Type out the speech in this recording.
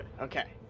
Okay